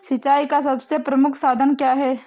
सिंचाई का सबसे प्रमुख साधन क्या है?